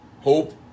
hope